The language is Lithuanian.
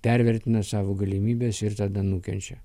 pervertina savo galimybes ir tada nukenčia